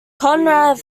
konrad